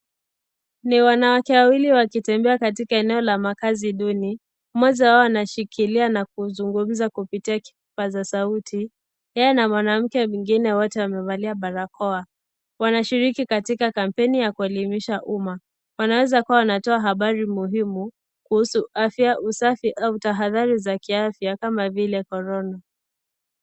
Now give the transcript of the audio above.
Ni wanawake wawili wakitembea maeneo ya makazi duni. Mmoja wao anshikilia na kuzungumza kutumia kipaza sauti. Yeye na mwanamke mwingine wote wamevalia barakoa. Wanashiriki katika kampeni ya kuwaelimisha umma. Wanaweza kua wanatoa habari muhimu kuhusu afya, usafi au tahadhari za kiafya kama vile corona.